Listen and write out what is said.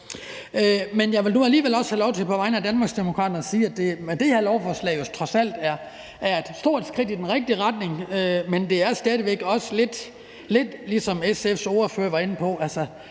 Jeg vil nu alligevel på vegne af Danmarksdemokraterne også have lov til at sige, at det her lovforslag jo trods alt er et stort skridt i den rigtige retning. Men det er måske stadig væk også en lidt, ligesom SF's ordfører var inde på,